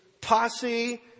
posse